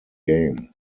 game